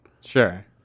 Sure